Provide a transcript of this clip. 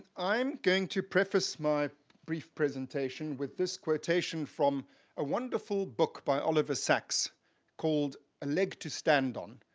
i'm going to preface my brief presentation with this quotation from a wonderful book by oliver sacks called a leg to stand on,